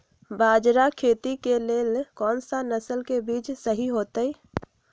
बाजरा खेती के लेल कोन सा नसल के बीज सही होतइ?